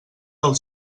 del